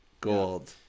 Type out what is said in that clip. gold